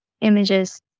images